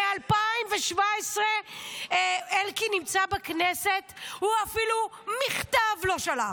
מ-2017 אלקין נמצא בכנסת, הוא אפילו מכתב לא שלח.